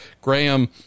Graham